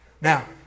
Now